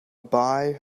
buy